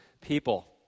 people